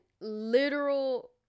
literal